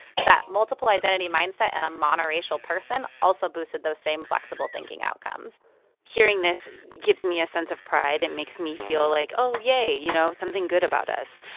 but that multiple identity mindset in and a monoracial person also boosted those same flexible thinking outcomes hearing this gives me a sense of pride. it makes me feel like oh, yay, you know, something good about us.